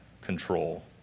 control